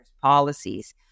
policies